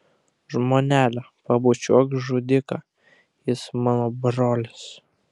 žmonele pabučiuok žudiką jis mano brolis